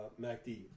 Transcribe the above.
MACD